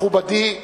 מכובדי,